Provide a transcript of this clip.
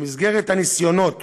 במסגרת הניסיונות